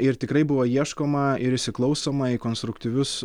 ir tikrai buvo ieškoma ir įsiklausoma į konstruktyvius